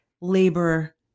labor